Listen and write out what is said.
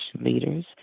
leaders